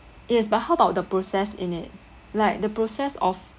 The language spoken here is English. yes but how about the process in it like the process of